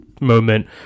moment